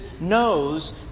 knows